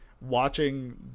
watching